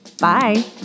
Bye